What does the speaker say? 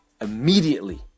immediately